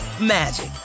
magic